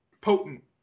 potent